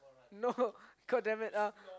no god damn it uh